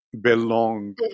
belong